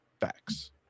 Facts